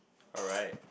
alright